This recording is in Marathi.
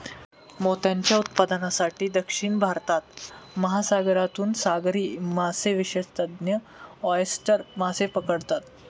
मोत्यांच्या उत्पादनासाठी, दक्षिण भारतात, महासागरातून सागरी मासेविशेषज्ञ ऑयस्टर मासे पकडतात